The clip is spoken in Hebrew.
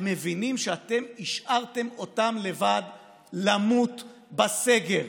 הם מבינים שאתם השארתם אותם לבד למות בסגר,